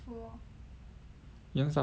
you want supper ah